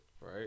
right